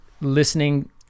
listening